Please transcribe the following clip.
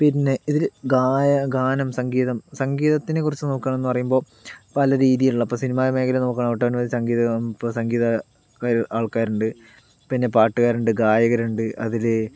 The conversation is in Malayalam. പിന്നെ ഇതിൽ ഗാനം സംഗീതം സംഗീതത്തിനെക്കുറിച്ച് നോക്കുകയാണെന്നു പറയുമ്പോൾ പല രീതിയിലുള്ള ഇപ്പോൾ സിനിമ മേഖല നോക്കുകയാണെങ്കിൽ ഒട്ടനവധി സംഗീത ഇപ്പോൾ സംഗീതക്കാർ ആൾക്കാരുണ്ട് പിന്നെ പാട്ടുകാരുണ്ട് ഗായകരുണ്ട് അതിൽ